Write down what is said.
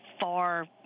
far-